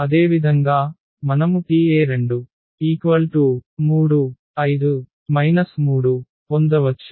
అదేవిధంగా మనము Te235 3 పొందవచ్చు